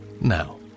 Now